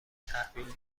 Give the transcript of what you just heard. تحویل